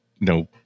no